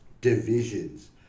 divisions